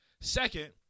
Second